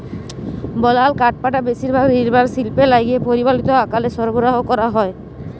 বলাল কাঠপাটা বেশিরভাগ লিরমাল শিল্পে লাইগে পরমালিত আকারে সরবরাহ ক্যরা হ্যয়